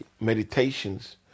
meditations